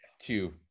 two